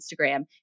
Instagram